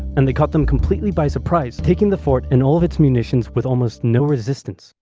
and they caught them completely by surprise, taking the fort and all of its munitions with almost no resistance.